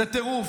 זה טירוף.